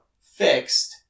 fixed